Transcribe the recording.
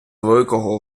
великого